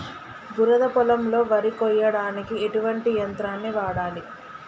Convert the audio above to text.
బురద పొలంలో వరి కొయ్యడానికి ఎటువంటి యంత్రాన్ని వాడాలి?